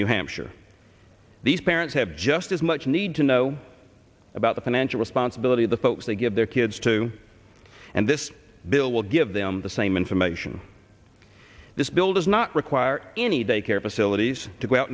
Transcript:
new hampshire these parents have just as much need to know about the financial responsibility of the folks they give their kids to and this bill will give them the same information this bill does not require any daycare facilities to go out